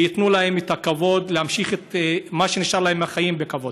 שייתנו להם את הכבוד להמשיך את מה שנשאר להם מהחיים בכבוד.